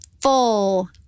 full